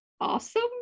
awesome